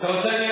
אתה רוצה?